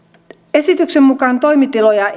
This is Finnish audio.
esityksen mukaan toimitiloja